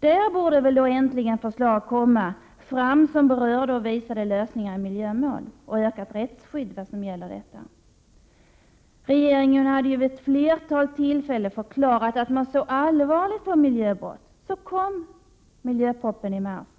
Där borde väl äntligen förslag läggas fram om lösningar i miljömål och om ökat rättsskydd. Regeringen hade vid ett flertal tillfällen förklarat att den såg allvarligt på miljöbrott. Så kom miljöpropositionen i mars.